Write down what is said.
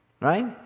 Right